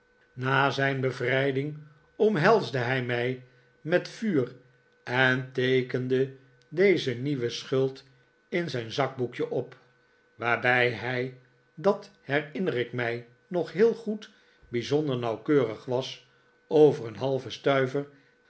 na zijn bevrijding omhelsde hij mij met vuur en teekende deze nieuwe schuld in zijn zakboekje op waarbij hij dat herinner ik mij nog heel goed bijzonder nauwkeurig was over een halven stuiver